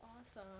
awesome